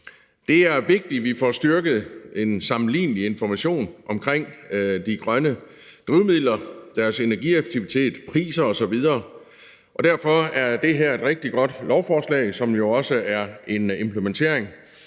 Det er vigtigt, at vi får styrket en sammenlignelig information om de grønne drivmidler, deres energieffektivitet, priser osv., og derfor er det her et rigtig godt lovforslag, som jo også er en implementering